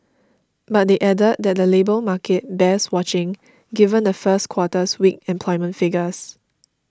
but they added that the labour market bears watching given the first quarter's weak employment figures